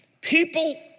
people